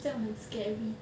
这样很 scary